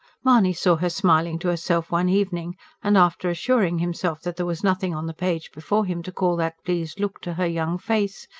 mahony saw her smiling to herself one evening and after assuring himself that there was nothing on the page before him to call that pleased look to her young face,